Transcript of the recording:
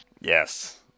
Yes